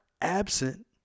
absent